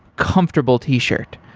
comfortable t-shirt.